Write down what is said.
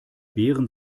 beeren